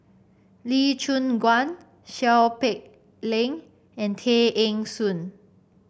Lee Choon Guan Seow Peck Leng and Tay Eng Soon